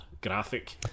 graphic